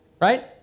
right